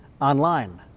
online